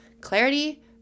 clarity